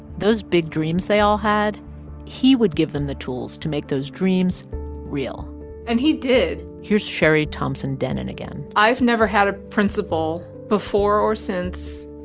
those big dreams they all had he would give them the tools to make those dreams real and he did here's cheri thompson dennen again i've never had a principal, before or since,